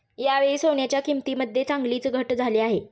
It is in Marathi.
यावेळी सोन्याच्या किंमतीमध्ये चांगलीच घट झाली आहे